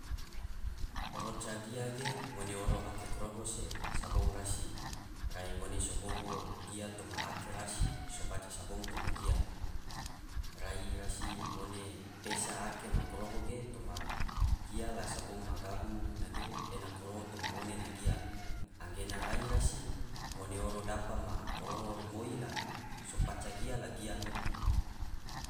Roca gia ge ngone oro ake koroho se sabong rasi, rai ngone sohobo gia toma ake rasi sobaca sabong toma gia, rai rasi ngone pesa ake ma koroho ge toma gia la sabong ma gabu ena ge ene koroho toma ngone ma gia gena rai rasi ngone oro dapa ma koroho rimoi la paca gia la gia hotu.